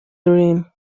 dream